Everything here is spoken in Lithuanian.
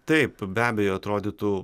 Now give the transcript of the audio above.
taip be abejo atrodytų